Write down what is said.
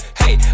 hey